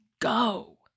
go